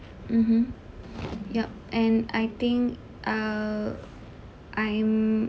mmhmm yup and I think uh I'm